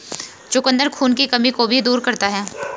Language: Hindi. चुकंदर खून की कमी को भी दूर करता है